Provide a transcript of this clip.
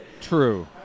True